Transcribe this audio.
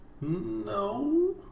no